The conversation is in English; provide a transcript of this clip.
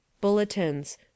Bulletins